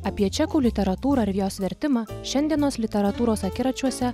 apie čekų literatūrą ir jos vertimą šiandienos literatūros akiračiuose